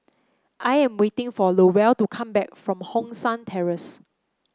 I'm waiting for Lowell to come back from Hong San Terrace